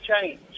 change